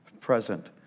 present